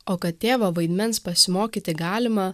o kad tėvo vaidmens pasimokyti galima